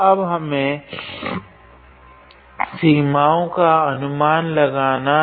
अब हमें सीमाओं का अनुमान लगाना है